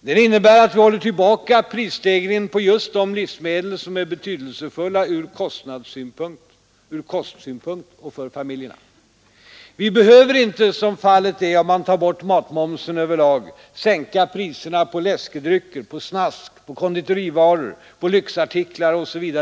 Den innebär att vi håller tillbaka prisstegringen på just de livsmedel som är betydelsefulla ur kostsynpunkt och för familjerna. Vi behöver inte, som fallet är om man tar bort matmomsen över lag, sänka priserna på läskedrycker, på snask, på konditorivaror, på lyxartiklar osv.